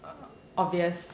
obvious